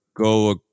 go